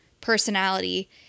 personality